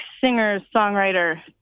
singer-songwriter